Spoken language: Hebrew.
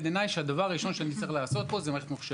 עיניי שהדבר הראשון שאני צריך לעשות זה המערכת הממוחשבת,